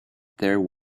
there